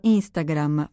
Instagram